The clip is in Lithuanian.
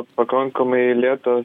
pakankamai lėtas